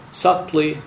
subtly